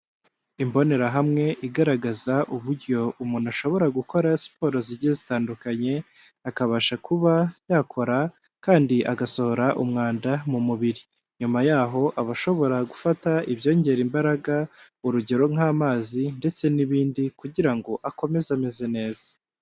Imbonerahamwe igaragaza uburyo umuntu ashobora gukora siporo zigiye zitandukanye, akabasha kuba yakora, kandi agasohora umwanda mu mubiri. Nyuma yaho aba ashobora gufata ibyongera imbaraga, urugero nk'amazi ndetse n'ibindi, kugira ngo akomeze ameze neza.